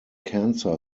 cancer